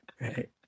Right